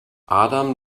adam